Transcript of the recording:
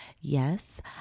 Yes